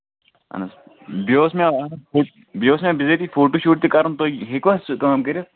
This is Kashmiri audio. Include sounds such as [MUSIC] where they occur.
اہن حظ بیٚیہِ اوس مےٚ [UNINTELLIGIBLE] بیٚیہِ اوس مےٚ بِزٲتی فوٹو شوٗٹ تہِ کَرُن تُہۍ ہیٚکوا سُہ کٲم کٔرِتھ